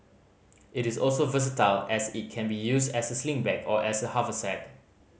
it is also versatile as it can be used as a sling bag or as a haversack